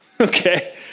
okay